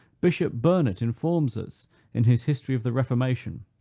bishop burnet informs us in his history of the reformation,